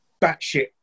batshit